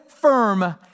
firm